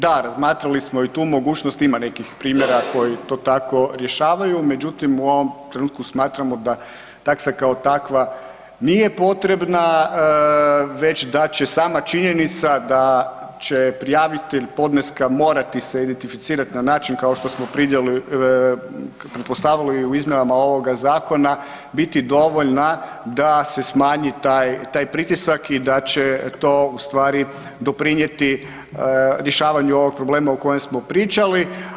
Da, razmatrali smo i tu mogućnost, ima nekih primjera koji to tako rješavaju, međutim u ovom trenutku smatramo da taksa kao takva nije potrebna već da će sama činjenica da će prijavitelj podneska morati se identificirat na način kao što pretpostavili u izmjenama ovog zakona, biti dovoljna da se smanji tak pritisak i da će to ustvari doprinijeti rješavanju ovog problema u kojem smo pričali.